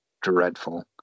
dreadful